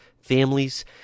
families